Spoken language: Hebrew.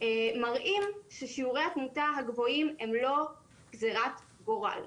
מראים ששיעורי התמותה הגבוהים הם לא גזרת גורל,